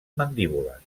mandíbules